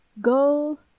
go